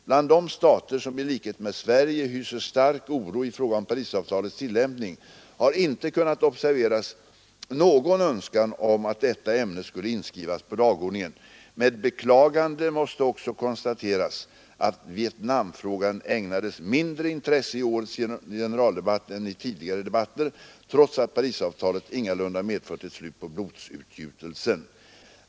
Bland de stater, som i likhet med Sverige hyser stark oro i fråga om Parisavtalets tillämpning, har inte kunnat observeras någon önskan om att detta ämne skulle inskrivas på dagordningen. Med beklagande måste också konstateras att Vietnamfrågan ägnades mindre intresse i årets generaldebatt än i tidigare debatter, trots att Parisavtalet ingalunda medfört ett slut på blodsutgjutelsen.